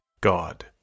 God